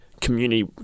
community